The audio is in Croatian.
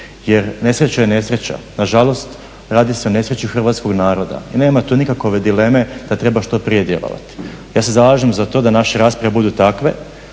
jer nesreća je nesreća. Nažalost, radi se o nesreći hrvatskog naroda i nema tu nikakve dileme da treba što prije djelovati. Ja se zalažem za to da naše rasprave budu takve